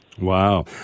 Wow